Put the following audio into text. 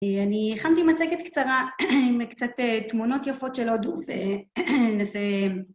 א..אני הכנתי מצגת קצרה עם קצת תמונות יפות של הודו, ו נסה...